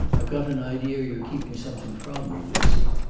i've got an idea you're keeping something from me, lucy.